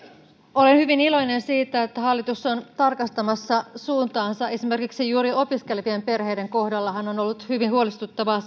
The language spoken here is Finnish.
olen hyvin iloinen siitä että hallitus on tarkastamassa suuntaansa esimerkiksi juuri opiskelevien perheiden kohdallahan on ollut hyvin huolestuttavaa